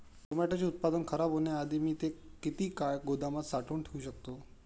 टोमॅटोचे उत्पादन खराब होण्याआधी मी ते किती काळ गोदामात साठवून ठेऊ शकतो?